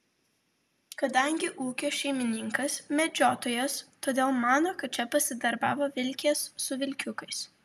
kadangi ūkio šeimininkas medžiotojas todėl mano kad čia pasidarbavo vilkės su vilkiukais